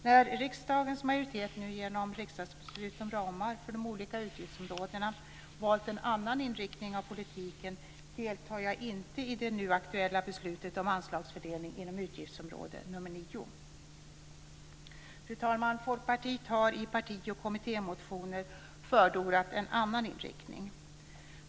När riksdagens majoritet nu genom riksdagsbeslut om ramar för de olika utgiftsområdena valt en annan inriktning av politiken deltar jag inte i det aktuella beslutet om anslagsfördelning inom utgiftsområde nr Fru talman! Folkpartiet har i parti och kommittémotioner förordat en annan inriktning.